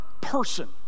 person